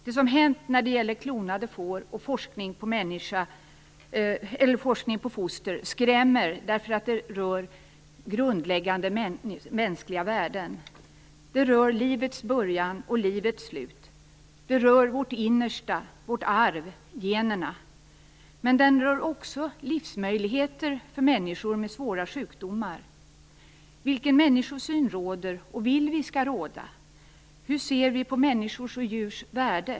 Det som hänt när det gäller klonade får och forskning på foster skrämmer därför att det rör grundläggande mänskliga värden. Den rör livets början och livets slut. Det rör vårt innersta, vårt arv, generna. Men den rör också livsmöjligheter för människor med svåra sjukdomar. Vilken människosyn råder och vill vi skall råda? Hur ser vi på människors och djurs värde?